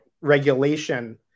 regulation